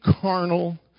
carnal